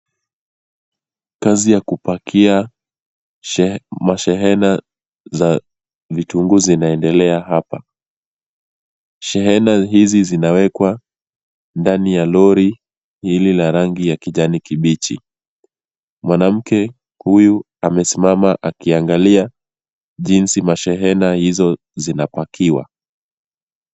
Kazi ya kupakia mashehena za vitunguu zinaendelea hapa. Shehena hizi zinawekwa ndani ya lori hili la rangi ya kijani kibichi. Mwanamke huyu amesimama akiangalia jinsi mashehena hizo zinapakiwa.